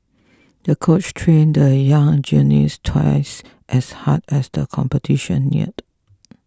the coach trained the young gymnast twice as hard as the competition neared